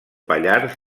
pallars